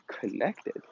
connected